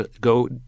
go